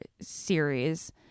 series